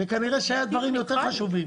וכנראה שהיו דברים יותר חשובים,